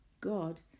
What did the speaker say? God